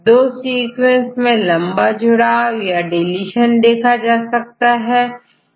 दो सीक्वेंस में लंबा जुड़ाव या डीलीशन देखा जा सकता है